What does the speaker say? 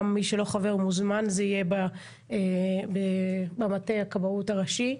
מי שלא חבר מוזמן יהיה במטה הכבאות הראשי.